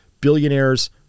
billionaires